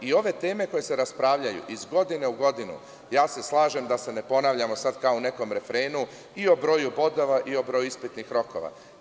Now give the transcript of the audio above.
I ove teme koje se raspravljaju iz godine u godinu, slažem se, da se ne ponavljamo po nekom refrenu, i o broju bodova i o broju ispitnih rokova.